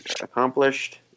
accomplished